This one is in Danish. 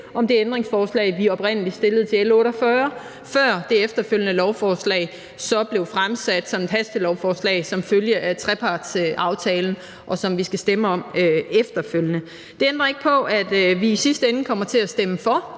om det ændringsforslag, som vi oprindelig stillede til L 48, før det efterfølgende lovforslag så blev fremsat som et hastelovforslag som følge af trepartsaftalen, og som vi skal stemme om efterfølgende. Det ændrer ikke på, at vi i sidste ende både kommer til at stemme for